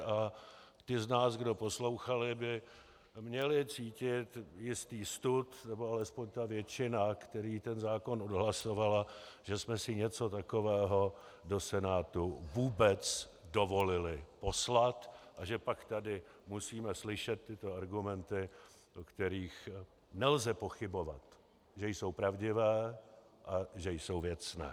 A ti z nás, kdo poslouchali, by měli cítit jistý stud, nebo alespoň ta většina, která ten zákon odhlasovala, že jsme si něco takového do Senátu vůbec dovolili poslat a že pak tady musíme slyšet tyto argumenty, o kterých nelze pochybovat, že jsou pravdivé a že jsou věcné.